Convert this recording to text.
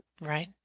Right